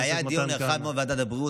זה היה דיון נרחב בוועדת הבריאות,